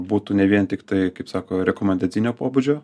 būtų ne vien tiktai kaip sako rekomendacinio pobūdžio